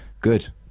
good